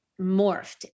morphed